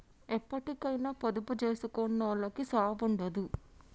ఎప్పటికైనా పొదుపు జేసుకునోళ్లకు సావుండదు